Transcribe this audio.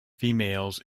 females